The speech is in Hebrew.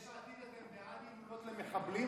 ביש עתיד אתם בעד הילולות למחבלים?